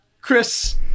Chris